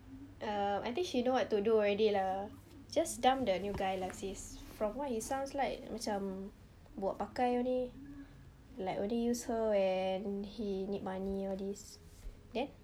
um I think she know what to do already lah just dump the new guy lah sis from what he sounds like macam buat pakai only like only use her when he need money all this then